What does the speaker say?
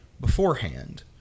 beforehand